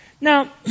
Now